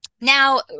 Now